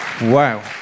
Wow